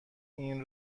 این